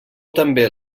també